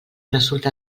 resulta